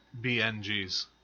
BNGs